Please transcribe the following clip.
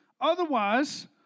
Otherwise